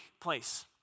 place